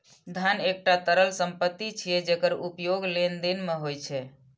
धन एकटा तरल संपत्ति छियै, जेकर उपयोग लेनदेन मे होइ छै